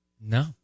No